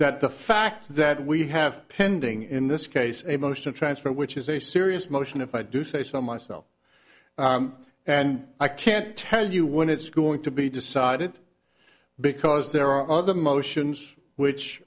that the fact that we have pending in this case a most to transfer which is a serious motion if i do say so myself and i can't tell you when it's going to be decided because there are other motions which